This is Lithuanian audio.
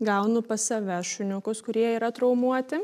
gaunu pas save šuniukus kurie yra traumuoti